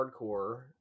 hardcore